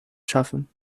schaffen